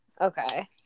okay